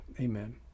Amen